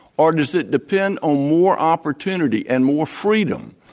or does it depend on more opportunity and more freedom,